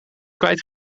kwijt